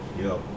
yo